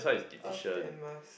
Earth then Mars